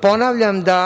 Ponavljam da